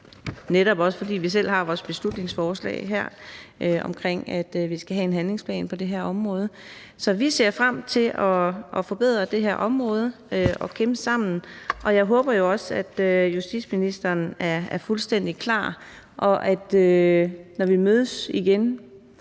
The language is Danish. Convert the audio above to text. netop fordi vi også selv har vores beslutningsforslag om, at vi skal have en handlingsplan på det her område. Så vi ser frem til at forbedre det her område og kæmpe sammen, og jeg håber jo også, at justitsministeren er fuldstændig klar, og at når vi mødes igen,